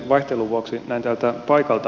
vaihtelun vuoksi näin täältä paikalta